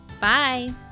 Bye